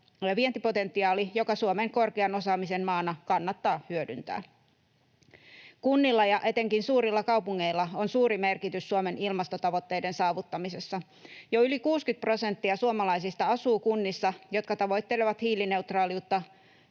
vientipotentiaali, joka Suomen korkean osaamisen maana kannattaa hyödyntää. Kunnilla ja etenkin suurilla kaupungeilla on suuri merkitys Suomen ilmastotavoitteiden saavuttamisessa. Jo yli 60 prosenttia suomalaisista asuu kunnissa, jotka tavoittelevat hiilineutraaliutta